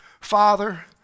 Father